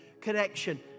connection